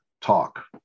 talk